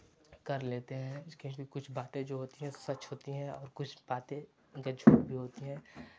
कर लेते हैं उसके क्योंकि कुछ बातें जो सच होती हैं कुछ बातें उनके झूठ भी होती हैं लेकिन